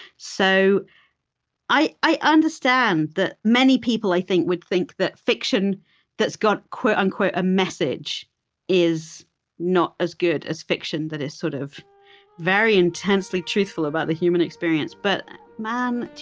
so i i understand that many people, i think, would think that fiction that's got a and message is not as good as fiction that is sort of very intensely truthful about the human experience. but, man,